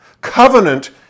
Covenant